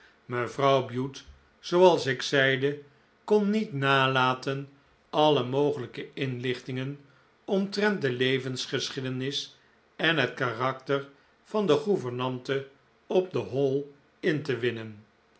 mevrouw bute zooals ik zeide kon niet nalaten alle mogelijke inlichtingen omtrent de levensgeschiedenis en het karakter van de gouvernante op de hall in te winnen